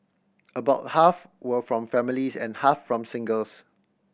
about half were from families and half from singles